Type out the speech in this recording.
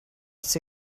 its